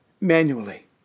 manually